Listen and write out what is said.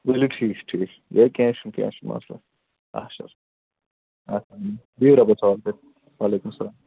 ؤلِو ٹھیٖک چھُ ٹھیٖک چھُ ہے کینٛہہ چھُنہٕ کینٛہہ چھُنہٕ مسلہٕ اچھا بِہیُو رۄبَس حوال وعلیکُم سلام